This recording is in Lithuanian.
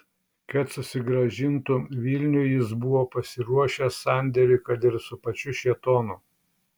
kad susigrąžintų vilnių jis buvo pasiruošęs sandėriui kad ir su pačiu šėtonu